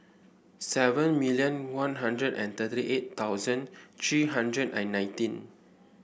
seven million One Hundred and thirty eight thousand three hundred and nineteen